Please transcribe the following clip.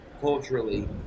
culturally